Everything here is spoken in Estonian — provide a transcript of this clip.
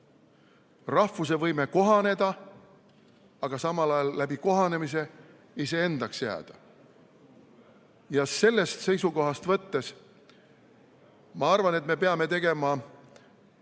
rahvuse võime kohaneda, aga samal ajal kohanemise abil iseendaks jääda. Sellest seisukohast võttes ma arvan, et me peame tegema